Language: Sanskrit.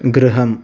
गृहम्